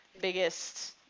biggest